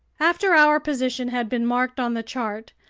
after our position had been marked on the chart,